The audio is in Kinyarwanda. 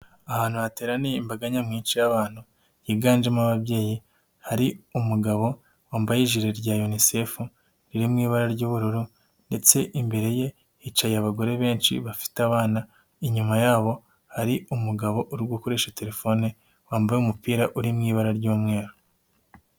Ahantu hateraniye imbaga nyamwinshi y'abantu higanjemo ababyeyi. Hari umugabo wambaye ijiri rya UNICEF riri mu ibara ry'ubururu ndetse imbere ye hicaye abagore benshi bafite abana. Inyuma yabo hari umugabo uri gukoresha telefone, wambaye umupira uri mu ibara ry'umweru.